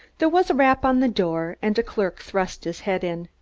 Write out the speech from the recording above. there was a rap on the door, and a clerk thrust his head in.